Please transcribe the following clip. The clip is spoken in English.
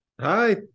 Hi